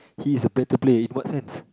he is a better player in what sense